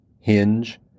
hinge